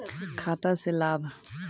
खाता से लाभ?